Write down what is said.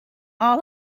all